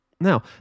Now